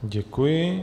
Děkuji.